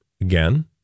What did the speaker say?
again